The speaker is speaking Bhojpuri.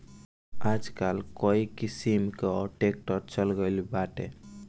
आजकल कई किसिम कअ ट्रैक्टर चल गइल बाटे